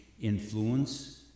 influence